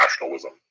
nationalism